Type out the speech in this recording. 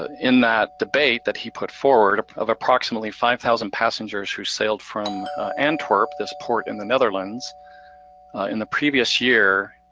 in that debate that he put forward of approximately five thousand passengers who sailed from antwerp, this port in the netherlands in the previous year,